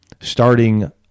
starting